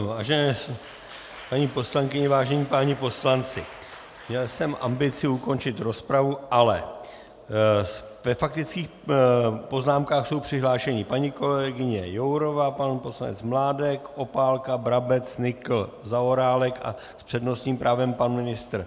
Vážené paní poslankyně, vážení páni poslanci, měl jsem ambici ukončit rozpravu, ale ve faktických poznámkách jsou přihlášeni: paní kolegyně Jourová, pan poslanec Mládek, Opálka, Brabec, Nykl, Zaorálek a s přednostním právem pan ministr Fischer.